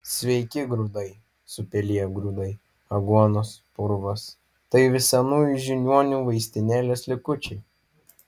sveiki grūdai supeliję grūdai aguonos purvas tai vis senųjų žiniuonių vaistinėlės likučiai